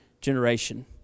generation